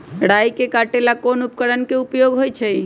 राई के काटे ला कोंन उपकरण के उपयोग होइ छई?